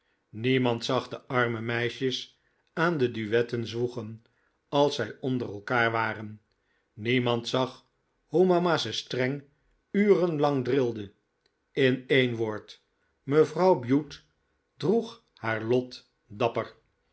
niemand zag de arme meisjes aan de duetten zwoegen als zij onder elkaar waren niemand zag hoe mama ze streng urenlang drilde in een woord mevrouw bute droeg haar lot dapper